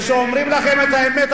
כשאומרים לכם את האמת,